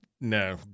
no